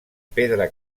pedra